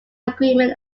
agreement